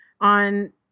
on